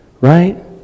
Right